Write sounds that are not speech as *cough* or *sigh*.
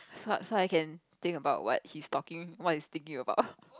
so so I can think about what he's talking what he's thinking about *laughs*